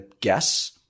guess